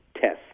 test